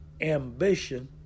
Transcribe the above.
ambition